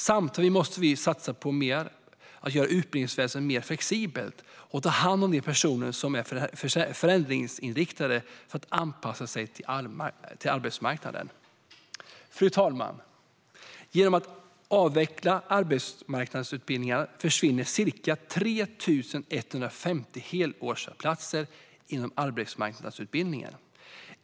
Samtidigt måste vi satsa mer på att göra utbildningsväsendet mer flexibelt och att ta hand om de personer som är förändringsinriktade för att anpassa sig till arbetsmarknaden. Fru talman! Genom att avveckla arbetsmarknadsutbildningarna försvinner ca 3 150 helårsplatser inom arbetsmarknadsutbildningen.